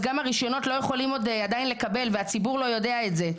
אז גם הרישיונות לא יכולים עדיין לקבל והציבור לא יודע את זה.